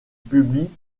publie